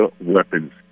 weapons